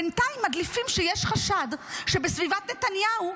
בינתיים מדליפים שיש חשד שבסביבת נתניהו,